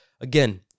again